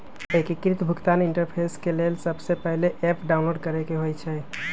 एकीकृत भुगतान इंटरफेस के लेल सबसे पहिले ऐप डाउनलोड करेके होइ छइ